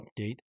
update